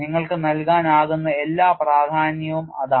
നിങ്ങൾക്ക് നൽകാനാകുന്ന എല്ലാ പ്രാധാന്യവും അതാണ്